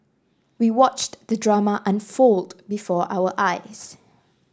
we watched the drama unfold before our eyes